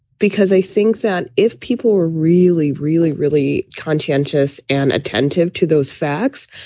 because i think that if people were really, really, really conscientious and attentive to those facts,